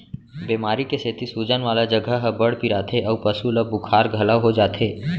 बेमारी के सेती सूजन वाला जघा ह बड़ पिराथे अउ पसु ल बुखार घलौ हो जाथे